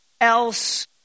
else